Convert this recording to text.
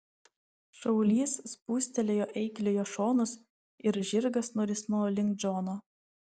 šaulys spūstelėjo eikliojo šonus ir žirgas nurisnojo link džono